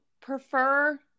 prefer